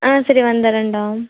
ஆ சரி வந்துடறேன்டா